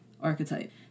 Archetype